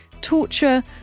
torture